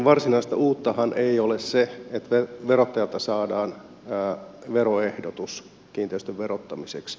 varsinaista uuttahan ei ole se että verottajalta saadaan veroehdotus kiinteistön verottamiseksi